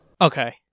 okay